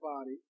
body